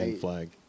flag